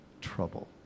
trouble